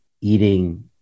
eating